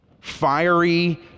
Fiery